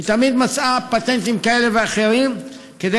היא תמיד מצאה פטנטים כאלה ואחרים כדי